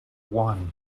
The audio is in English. won